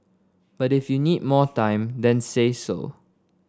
but if you need more time then say so